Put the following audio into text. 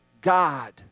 God